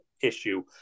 issue